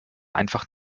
einfach